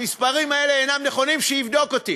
שהמספרים האלה אינם נכונים שיבדוק אותי.